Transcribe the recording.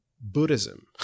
Buddhism